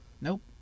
Nope